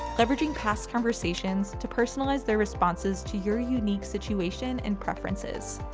leveraging past conversations to personalize their responses to your unique situation and preferences.